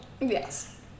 Yes